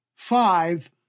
Five